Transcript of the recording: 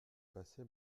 passais